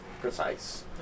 precise